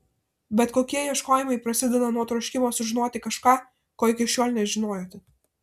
bet kokie ieškojimai prasideda nuo troškimo sužinoti kažką ko iki šiol nežinojote